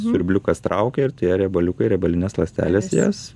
siurbliukas traukia ir tie riebaliukai riebalinės ląstelės jas